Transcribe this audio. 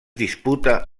disputa